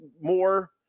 more